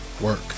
work